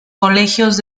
colegios